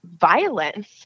violence